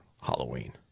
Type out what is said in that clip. Halloween